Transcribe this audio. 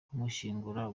kumushyingura